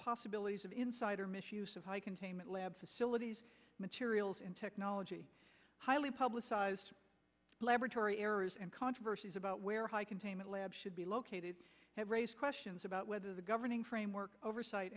possibilities of insider misuse of labs facilities materials in technology highly publicized laboratory errors and controversies about where high containment labs should be located have raised questions about whether the governing framework oversight